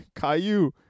Caillou